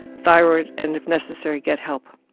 thyroid, and if necessary get help.